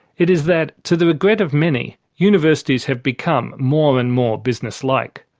it is that, to the regret of many, universities have become more and more business-like.